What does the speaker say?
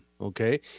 okay